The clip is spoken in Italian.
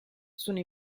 sono